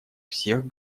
всех